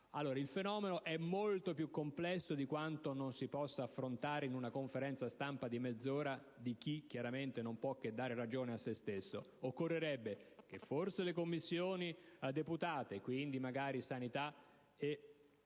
Il fenomeno è allora molto più complesso di quanto non si possa affrontare in una conferenza stampa di mezz'ora fatta da chi, chiaramente, non può che dare ragione a se stesso. Occorrerebbe forse che le Commissioni deputate, quindi Sanità